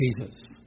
Jesus